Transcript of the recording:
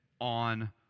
on